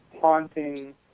haunting